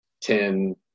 ten